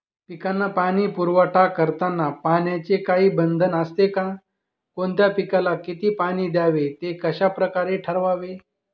पिकांना पाणी पुरवठा करताना पाण्याचे काही बंधन असते का? कोणत्या पिकाला किती पाणी द्यावे ते कशाप्रकारे ठरवावे?